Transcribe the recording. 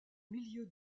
milliers